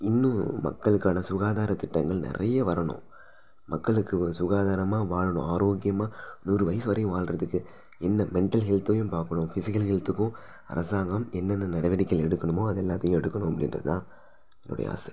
இன்னும் மக்களுக்கான சுகாதாரத் திட்டங்கள் நிறைய வரணும் மக்களுக்கு ஒரு சுகாதாரமாக வாழணும் ஆரோக்கியமாக நூறு வயசு வரையும் வாழ்றதுக்கு என்ன மெண்டல் ஹெல்த்தையும் பார்க்கணும் ஃபிஸிக்கல் ஹெல்த்துக்கும் அரசாங்கம் என்னென்ன நடவடிக்கைகள் எடுக்கணுமோ அது எல்லாத்தையும் எடுக்கணும் அப்படின்றது தான் என்னுடைய ஆசை